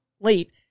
late